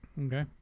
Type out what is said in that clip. Okay